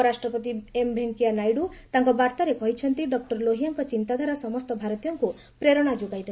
ଉପରାଷ୍ଟ୍ରପତି ଭେଙ୍କିୟା ନାଇଡୁ ତାଙ୍କ ବାର୍ତ୍ତାରେ କହିଛନ୍ତି ଡକୁର ଲୋହିଆଙ୍କ ଚିନ୍ତାଧାରା ସମସ୍ତ ଭାରତୀୟଙ୍କୁ ପ୍ରେରଣା ଯୋଗାଇବ